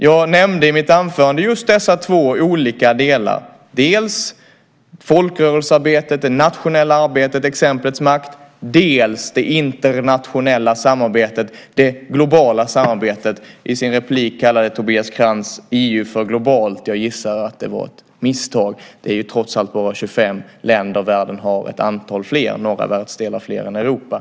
Jag nämnde i mitt anförande just dessa två olika delar - dels folkrörelsearbetet, det nationella arbetet, exemplets makt, dels det internationella samarbetet, det globala samarbetet. I sin replik kallade Tobias Krantz EU för globalt. Jag gissar att det var ett misstag. Det är ju trots allt bara 25 länder. Världen har ett antal fler länder och några fler världsdelar än Europa.